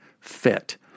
fit